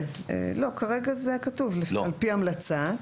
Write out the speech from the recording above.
כרגע זה כתוב "על פי המלצה".